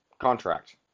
contract